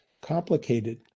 complicated